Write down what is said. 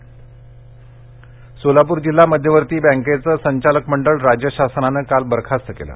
सोलापूर सोलापूर जिल्हा मध्यवर्ती बैंकेचं संचालक मंडळ राज्य शासनानं काल बरखास्त केलं